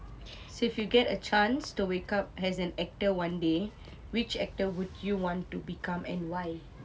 so if you get a chance to wake up as an actor one day which actor would you want to become and why